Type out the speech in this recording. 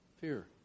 fear